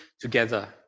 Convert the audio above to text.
together